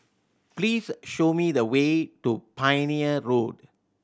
please show me the way to Pioneer Road